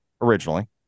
originally